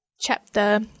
Chapter